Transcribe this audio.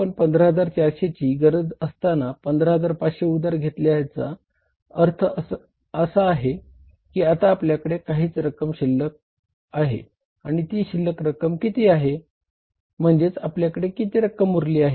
तर जेंव्हा आपण 15400 ची गरज असताना 15500 उधार घेतल्याचा अर्थ असा आहे की आता आपल्याकडे काही रक्कम शिल्लक आहे आणि ती शिल्लक रक्कम किती आहे म्हणजेच आपल्याकडे किती रक्कम उरली आहे